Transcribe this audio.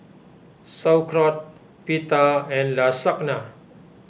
Sauerkraut Pita and Lasagna